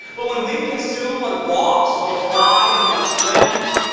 but when we consume what walks, what flies and what swims,